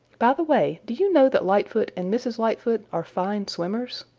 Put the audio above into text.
by the way, do you know that lightfoot and mrs. lightfoot are fine swimmers?